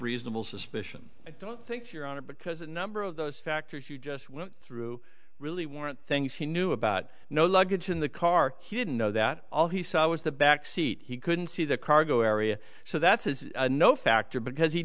reasonable suspicion i don't think your honor because a number of those factors you just went through really weren't things he knew about no luggage in the car he didn't know that all he saw was the back seat he couldn't see the cargo area so that says no factor because he